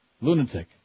Lunatic